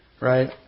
Right